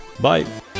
Bye